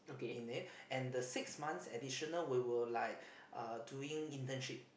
in it and the six months additional we will like uh doing internship